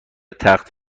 تخت